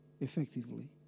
effectively